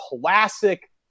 classic